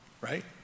right